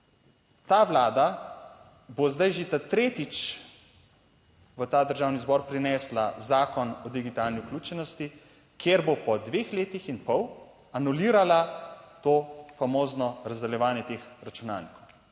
ta vlada bo zdaj že tretjič v ta Državni zbor prinesla Zakon o digitalni vključenosti, kjer bo po dveh letih in pol anulirala to famozno razdeljevanje teh računalnikov.